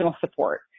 support